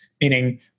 meaning